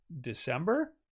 December